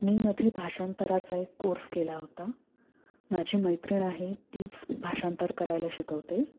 मी मध्ये भाषांतराचा एक कोर्स केला होता माझी मैत्रिण आहे तीच भाषांतर करायला शिकवते